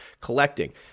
collecting